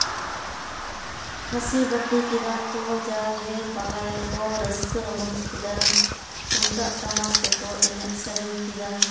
ᱠᱷᱟᱥᱤ ᱵᱟᱹᱴᱤ ᱠᱮᱫᱟ ᱠᱚ ᱡᱟᱜᱮ ᱵᱟᱞᱟᱭᱟ ᱠᱚ ᱨᱟᱹᱥᱠᱟᱹ ᱨᱚᱢᱚᱡᱽ ᱠᱮᱫᱟ ᱛᱩᱢᱫᱟᱜ ᱴᱟᱢᱟᱠ ᱛᱮᱠᱚ ᱮᱱᱮᱡ ᱥᱮᱨᱮᱧ ᱠᱮᱫᱟ